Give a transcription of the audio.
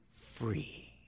free